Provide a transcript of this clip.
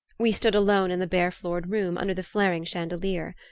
we stood alone in the bare-floored room, under the flaring chandelier.